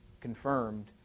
confirmed